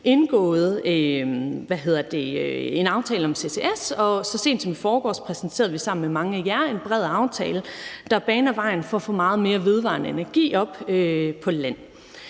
indgået en aftale om ccs, og så sent som i forgårs præsenterede vi sammen med mange af jer en bred aftale, der baner vejen for at få meget mere vedvarende energi på land.